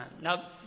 Now